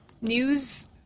News